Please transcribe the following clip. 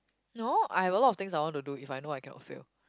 no I have a lot of things I want to do if I know I cannot fail